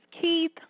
Keith